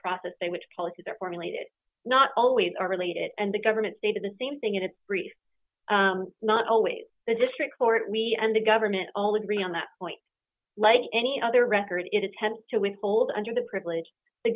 process by which policies are formulated not always are related and the government stated the same thing in its brief not always the district court we and the government all agree on that point like any other record it attempts to withhold under the privilege the